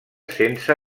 sense